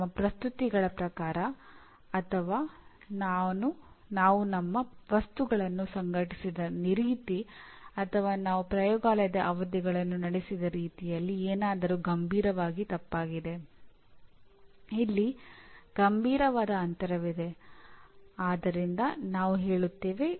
ನಿಮ್ಮ ಪ್ರೋಗ್ರಾಮ್ ಪರಿಣಾಮಗಳು ಯಾವುವು ಇಲ್ಲಿ ನಾವು ಪ್ರೋಗ್ರಾಮ್ ನಿರ್ದಿಷ್ಟ ಪರಿಣಾಮಗಳ ಬಗ್ಗೆ ಹೇಳುತ್ತಿದ್ದೇವೆ